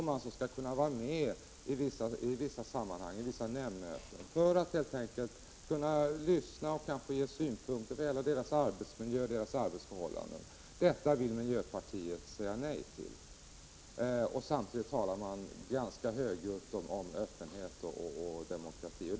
De borde kunna få vara med på vissa nämndmöten helt enkelt för att lyssna och ge synpunkter på sådant som gäller deras arbetsmiljö och arbetsförhållanden. Till detta vill miljöpartiet säga nej. Samtidigt talar man ganska högljutt om öppenhet och demokrati.